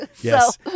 Yes